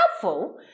helpful